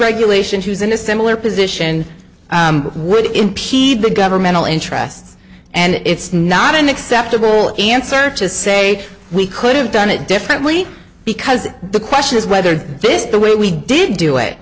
regulations who's in a similar position would impede the governmental interests and it's not an acceptable answer to say we could have done it differently because the question is whether this is the way we did do it